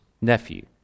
nephew